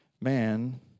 man